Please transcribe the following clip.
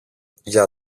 για